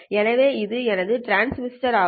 எனவே இது எனது டிரான்ஸ்மிட்டர் ஆகும்